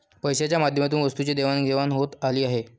पैशाच्या माध्यमातून वस्तूंची देवाणघेवाण होत आली आहे